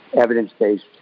evidence-based